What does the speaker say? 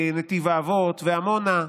ההתיישבות הצעירה, גם בהסדרת נתיב האבות ועמונה?